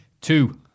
two